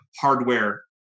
hardware